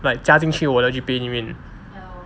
like 加进去我的 G_P_A 里面